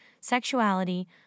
sexuality